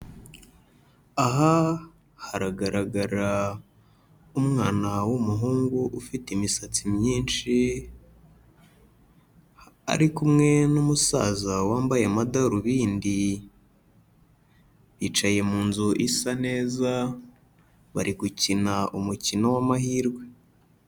Aha haragaragara umwana w'umuhungu ufite imisatsi myinshi, ari kumwe n'umusaza wambaye amadarubindi, bicaye mu nzu isa neza, bari gukina umukino w'amahirwe.